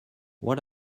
what